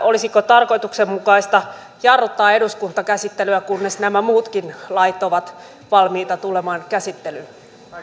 olisiko tarkoituksenmukaista jarruttaa eduskuntakäsittelyä kunnes nämä muutkin lait ovat valmiita tulemaan käsittelyyn